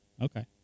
okay